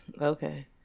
Okay